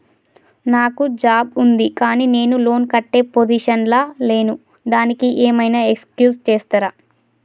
నాకు జాబ్ ఉంది కానీ నేను లోన్ కట్టే పొజిషన్ లా లేను దానికి ఏం ఐనా ఎక్స్క్యూజ్ చేస్తరా?